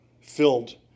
filled